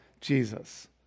Jesus